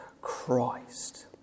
Christ